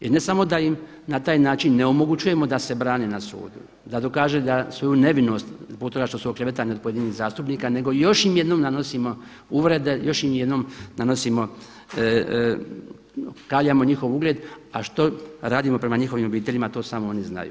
Jer ne samo da im na taj način ne omogućujemo da se brane na sudu, da dokaže svoju nevinost zbog toga što su oklevetani od pojedinih zastupnika nego još im jednom nanosimo uvrede, još im jednom nanosimo, kaljamo njihov ugled a što radimo prema njihovim obiteljima to samo oni znaju.